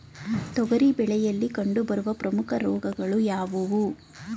ತೊಗರಿ ಬೆಳೆಯಲ್ಲಿ ಕಂಡುಬರುವ ಪ್ರಮುಖ ರೋಗಗಳು ಯಾವುವು?